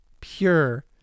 pure